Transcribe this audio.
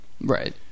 right